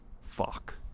fuck